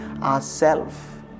ourself